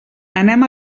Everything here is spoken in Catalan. anem